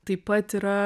taip pat yra